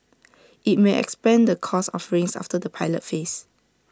IT may expand the course offerings after the pilot phase